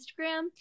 Instagram